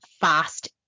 fast